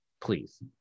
please